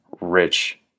rich